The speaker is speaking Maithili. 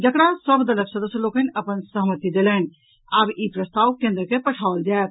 जकरा सभ दलक सदस्य लोकनि अपन सहमति देलनि आब ई प्रस्ताव केन्द्र के पठाओल जायत